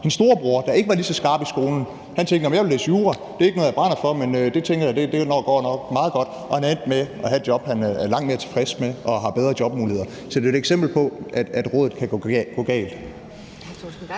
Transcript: Hendes storebror, der ikke var lige så skarp i skolen, tænkte: Jeg vil læse jura; det er ikke noget, jeg brænder for, men det tænker jeg nok går meget godt. Og han endte med at have et job, han er langt mere tilfreds med, og han har bedre jobmuligheder. Så det er jo et eksempel på, at det kan gå galt